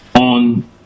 on